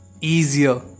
easier